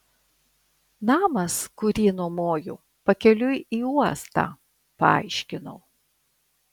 namas kurį nuomoju pakeliui į uostą paaiškinau